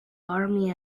army